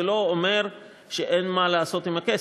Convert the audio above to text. זה לא אומר שאין מה לעשות עם הכסף,